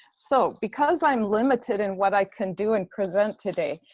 so because i'm limited in what i can do and present today,